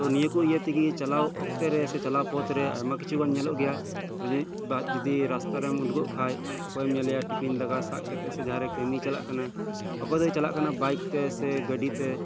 ᱛᱚ ᱱᱤᱭᱟᱹ ᱠᱚ ᱤᱭᱟᱹ ᱛᱮᱜᱮ ᱪᱟᱞᱟᱣ ᱚᱠᱛᱨᱮ ᱪᱟᱞᱟᱣ ᱯᱚᱫᱽᱨᱮ ᱟᱭᱢᱟ ᱠᱤᱪᱷᱩ ᱧᱮᱞᱚᱜ ᱜᱮᱭᱟ ᱡᱩᱫᱤ ᱨᱟᱥᱛᱟ ᱨᱮᱢ ᱳᱰᱩᱠᱚᱜ ᱠᱷᱟᱱ ᱚᱠᱚᱭᱮᱢ ᱧᱮᱞᱮᱭᱟ ᱴᱤᱯᱷᱤᱱ ᱫᱟᱠᱟ ᱥᱟᱵ ᱠᱟᱛᱮ ᱥᱮ ᱡᱟᱦᱟᱸ ᱨᱮ ᱠᱟᱹᱢᱤᱭ ᱪᱟᱞᱟᱜ ᱠᱟᱱᱟ ᱚᱠᱚᱭ ᱫᱚᱭ ᱪᱟᱞᱟᱜ ᱠᱟᱱᱟ ᱵᱟᱭᱤᱠ ᱛᱮ ᱥᱮ ᱜᱟᱹᱰᱤᱛᱮ